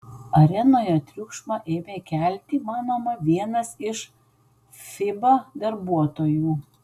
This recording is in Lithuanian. arenoje triukšmą ėmė kelti manoma vienas iš fiba darbuotojų